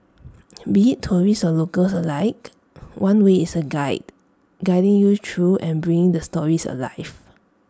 be IT tourists or locals alike one way is A guide guiding you through and bringing the stories alive